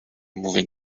moving